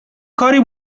کاری